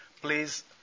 please